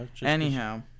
anyhow